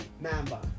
Mamba